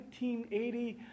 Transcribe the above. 1980